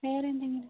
വേറേ എന്തെങ്കിലും